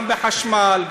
גם בחשמל,